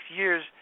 years